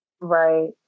right